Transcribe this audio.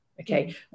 Okay